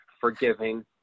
forgiving